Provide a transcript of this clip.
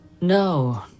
No